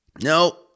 No